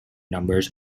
numbers